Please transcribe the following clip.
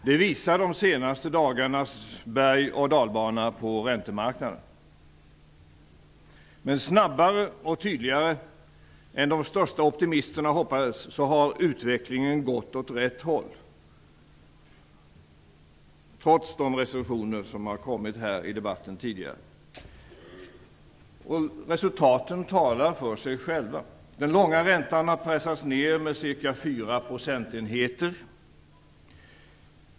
Det visar de senaste dagarnas berg och dalbana på räntemarknaden. Snabbare och tydligare än de största optimisterna hoppades har utvecklingen gått åt rätt håll, trots de recensioner som gjorts i debatten tidigare. Resultaten talar för sig själva. Den långa räntan har pressats ned med ca 4 procentenheter.